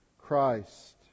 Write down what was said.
Christ